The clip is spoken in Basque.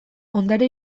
ondare